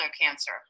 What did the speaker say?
cancer